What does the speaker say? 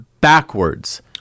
backwards